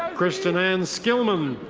kristin anne skilman.